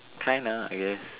kinda I guess